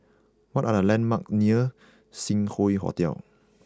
what are the landmark near Sing Hoe Hotel